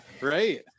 right